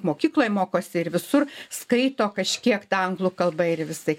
mokykloj mokosi ir visur skaito kažkiek ta anglų kalba ir visa